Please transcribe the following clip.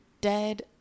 dead